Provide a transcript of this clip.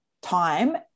time